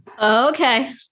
okay